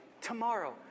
tomorrow